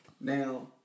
Now